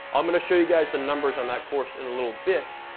i'm gonna show you guys the numbers on that course in a little bit,